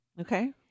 Okay